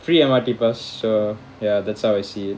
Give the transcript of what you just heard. free M_R_T pass so ya that's how I see it